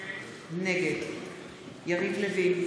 נגד יריב לוין,